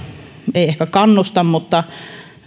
ei ehkä kannusta mutta